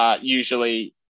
usually